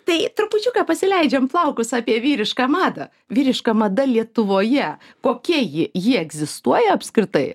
tai trupučiuką pasileidžiam plaukus apie vyrišką madą vyriška mada lietuvoje kokia ji ji egzistuoja apskritai